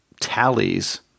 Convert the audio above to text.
tallies